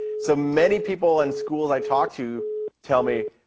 so, many people in schools i talk to tell me,